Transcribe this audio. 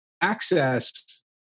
access